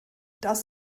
das